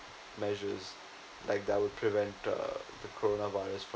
measures like that would prevent uh the corona virus